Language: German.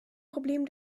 problem